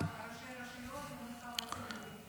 הרשויות במרחב הצפוני.